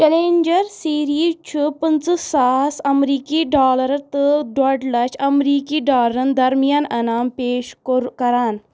challenger series چھُ پٔنٛژٕہ ساس امریكی ڈالر تہٕ ڈوڈ لَچھ امریكی ڈالرن درمیان انعام پیش کو کران